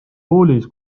koolis